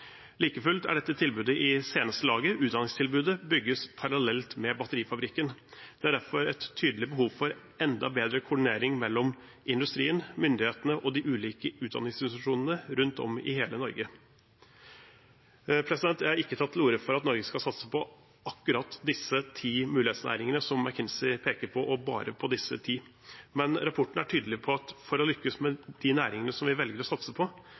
Like fullt er dette tilbudet i seneste laget – utdanningstilbudet bygges parallelt med batterifabrikken. Det er derfor et tydelig behov for enda bedre koordinering mellom industrien, myndighetene og de ulike utdanningsinstitusjonene rundt om i hele Norge. Jeg har ikke tatt til orde for at Norge skal satse på akkurat disse ti mulighetsnæringene som McKinsey peker på, og bare på disse ti, men rapporten er tydelig på at for å lykkes med de næringene vi velger å satse på,